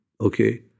okay